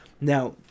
Now